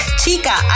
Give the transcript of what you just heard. chica